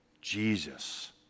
Jesus